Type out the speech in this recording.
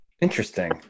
Interesting